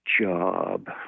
job